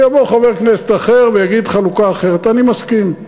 ויבוא חבר כנסת אחר ויגיד חלוקה אחרת, אני מסכים.